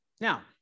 Now